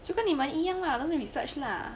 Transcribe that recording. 就跟你们一样 lah doing research lah